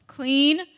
Clean